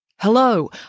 Hello